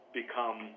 become